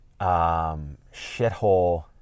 shithole